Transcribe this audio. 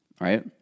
right